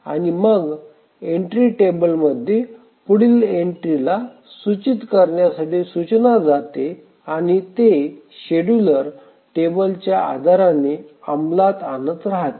आणि मग एंट्री टेबलमध्ये पुढील एंट्रीला सूचित करण्यासाठी सूचना जाते आणि ते शेड्युलर टेबलच्या आधाराने अंमलात आणत राहते